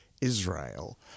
Israel